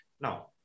now